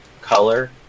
color